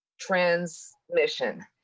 transmission